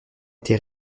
été